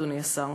אדוני השר: